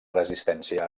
resistència